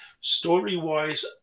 Story-wise